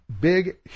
big